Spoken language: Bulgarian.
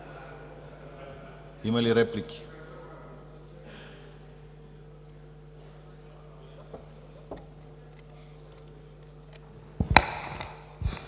Има ли реплики?